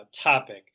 topic